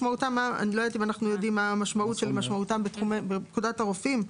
אני לא יודעת אם אנחנו יודעים מה המשמעות של משמעותם בפקודת הרופאים,